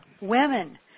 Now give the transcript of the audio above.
women